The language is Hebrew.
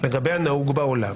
לגבי הנהוג בעולם,